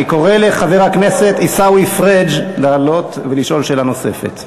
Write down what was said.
אני קורא לחבר הכנסת עיסאווי פריג' לעלות ולשאול שאלה נוספת.